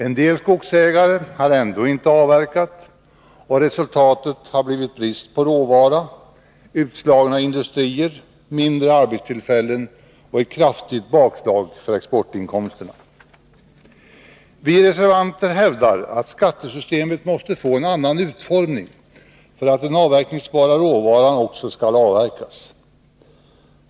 En del skogsägare har ändå inte avverkat och resultatet har blivit brist på råvara, utslagna industrier, färre arbetstillfällen och ett kraftigt bakslag för exportinkomsterna. Vi reservanter hävdar att skattesystemet måste få en annan utformning för att den avverkningsbara råvaran också skall avverkas.